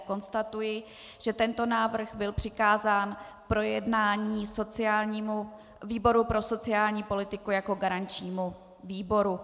Konstatuji že tento návrh byl přikázán k projednání výboru pro sociální politiku jako garančnímu výboru.